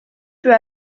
peut